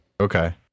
Okay